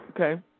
Okay